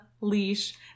leash